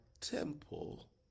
temple